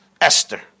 Esther